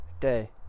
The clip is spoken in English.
day